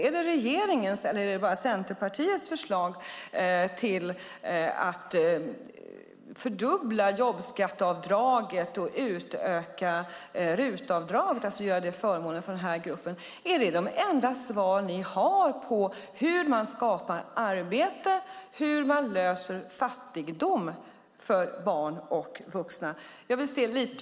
Är det regeringens eller är det bara Centerpartiets förslag att fördubbla jobbskatteavdraget och utöka RUT-avdraget? Är det de enda svar ni har på hur man skapar arbete, hur man löser problemet med fattigdomen för barn och vuxna?